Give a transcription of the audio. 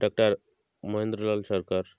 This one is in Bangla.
ডাক্তার মহেন্দ্রলাল সরকার